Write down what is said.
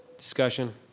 discussion?